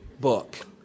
book